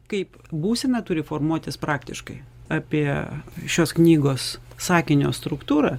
kaip būsena turi formuotis praktiškai apie šios knygos sakinio struktūrą